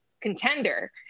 contender